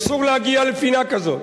אסור להגיע לפינה כזאת.